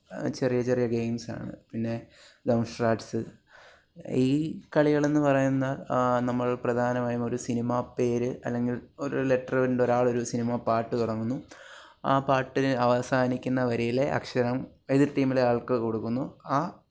ചെറിയ ചെറിയ ഗെയിംസ് ആണ് പിന്നെ ദംഷറാഡ്സ് ഈ കളികളെന്ന് പറയുന്നത് നമ്മള് പ്രധാനമായും ഒരു സിനിമ പേര് അല്ലെങ്കില് ഒരു ലെറ്ററ് കൊണ്ട് ഒരാൾ ഒരു സിനിമാപ്പാട്ട് തുടങ്ങുന്നു ആ പാട്ടിന് അവസാനിക്കുന്ന വരിയിലെ അക്ഷരം എതിര് ടീമിലെ ആള്ക്ക് കൊടുക്കുന്നു ആ